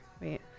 Wait